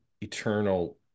eternal